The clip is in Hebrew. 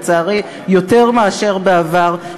לצערי יותר מאשר בעבר,